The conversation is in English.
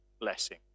blessing